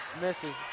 Misses